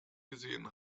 gesehen